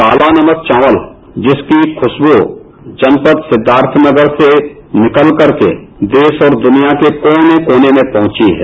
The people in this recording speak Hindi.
काता नमक चावल जिसकी खुशबू जनपद सिद्धार्थनगर से निकलकर देश और दुनिया के कोने कोने तक पहुंची है